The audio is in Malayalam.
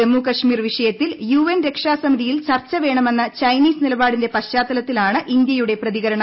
ജമ്മുകശ്മീർ വിഷയത്തിൽ യുഎൻ രക്ഷാസമിതിയിൽ ചർച്ച വേണമെന്ന ചൈനീസ് നിലപാടിന്റെ പശ്ചാത്തലത്തിലാണ് ഇന്ത്യയുടെ പ്രതികരണം